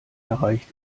erreicht